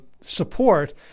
support